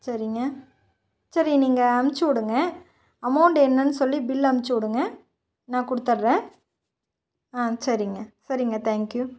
சரிங்க சரி நீங்கள் அமுச்சி விடுங்க அமௌண்ட் என்னென்னு சொல்லி பில் அமுச்சி விடுங்க நான் கொடுத்தட்றேன் ஆ சரிங்க சரிங்க தேங்க் யூ